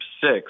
six